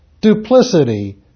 duplicity